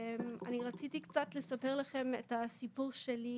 אני רציתי קצת לספר לכן את הסיפור שלי